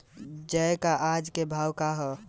जौ क आज के भाव का ह?